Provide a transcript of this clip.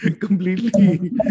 completely